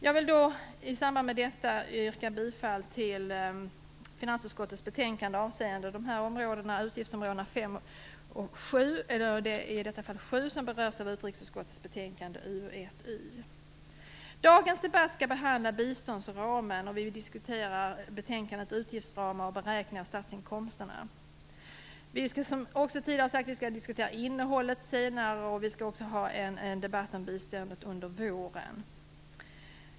Jag vill i samband med detta yrka bifall till utskottets hemställan i finansutskottet betänkande avseende utgiftsområdena 5 och 7 - det gäller här närmast utgiftsområde 7, som berörs av utrikesutskottets betänkande UU1y. Dagens debatt skall behandla biståndsramen, och vi diskuterar betänkandet Utgiftsramar och beräkning av statsinkomsterna. Vi skall som tidigare har påpekats diskutera innehållet senare, och vi skall också ha en debatt om biståndet under våren.